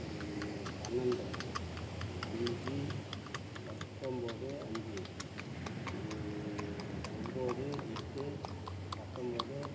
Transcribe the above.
பன்னெண்டு அஞ்சு பத்தொம்போது அஞ்சு ஒம்போது எட்டு பத்தொம்போது